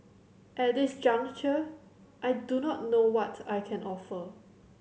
at this juncture I do not know what I can offer